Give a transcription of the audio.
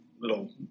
little